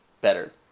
better